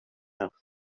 mouth